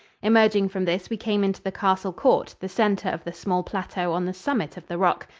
emerging from this we came into the castle court, the center of the small plateau on the summit of the rock.